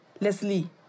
Leslie